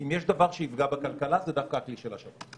אם יש דבר שיפגע בכלכלה, זה דווקא הכלי של השב"כ.